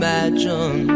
Imagine